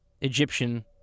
Egyptian